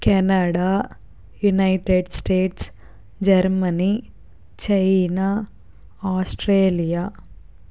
Canada United States Germany China Australia